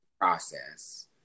process